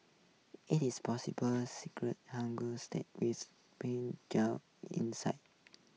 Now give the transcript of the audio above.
it is hanger steak with Pink Juicy insides